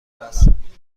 هستم